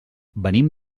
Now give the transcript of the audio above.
venim